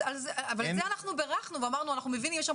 על זה ברכנו ואמרנו שאנחנו מבינים שיש שם